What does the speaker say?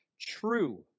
true